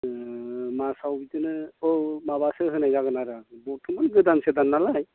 मासआव बिदिनो अ माबासो होनाय जागोन आरो बर्त'मान गोदान सोदान नालाय